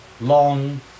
long